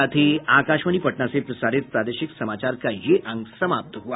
इसके साथ ही आकाशवाणी पटना से प्रसारित प्रादेशिक समाचार का ये अंक समाप्त हुआ